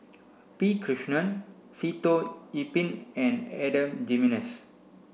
P Krishnan Sitoh Yih Pin and Adan Jimenez